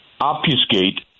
obfuscate